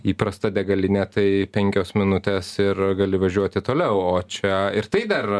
įprasta degalinė tai penkios minutės ir gali važiuoti toliau o čia ir tai dar